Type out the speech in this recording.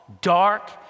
dark